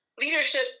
leadership